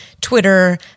Twitter